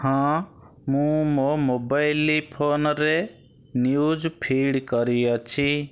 ହଁ ମୁଁ ମୋ ମୋବାଇଲି ଫୋନରେ ନ୍ୟୁଜ୍ ଫିଡ୍ କରିଅଛି